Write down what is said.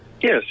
Yes